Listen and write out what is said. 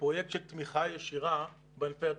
פרויקט של תמיכה ישירה בענפי הצומח.